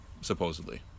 supposedly